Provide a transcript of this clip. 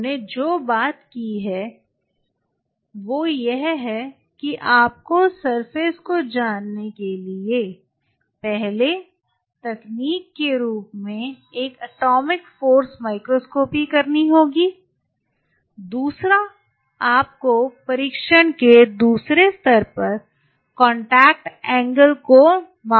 हम ने जो बात की है वो यह है कि आपको सरफेस को जानने के लिए पहली तकनीक के रूप में एक एटॉमिक फ़ोर्स माइक्रोस्कोपी करना होगा दूसरा आपको परीक्षण के दूसरे स्तर पर कांटेक्ट एंगल माप करना होगा